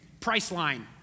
Priceline